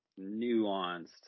nuanced